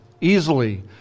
easily